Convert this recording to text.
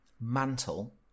Mantle